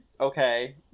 Okay